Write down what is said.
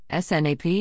SNAP